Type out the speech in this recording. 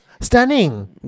Stunning